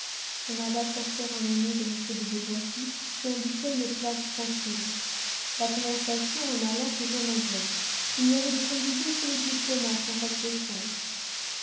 on alla chercher un ami de m de beauvoisis qui indiqua une place tranquille la conversation en allant fut vraiment bien il n'y avait de singulier que le diplomate en robe de chambre